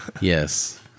Yes